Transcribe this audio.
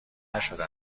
نشده